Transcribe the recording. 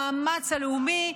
המאמץ הלאומי,